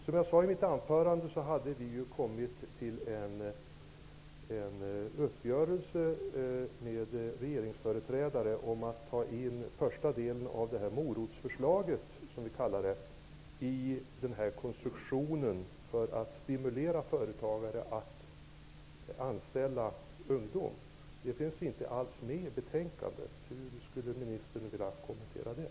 Som jag sade i mitt anförande hade vi kommit fram till en uppgörelse med regeringsföreträdare om att i den här konstruktionen ta in första delen av det s.k. morotsförslaget för att stimulera företagare att anställa ungdom. Detta finns inte alls med i betänkandet. Hur vill ministern kommentera det?